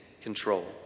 control